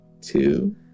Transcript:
two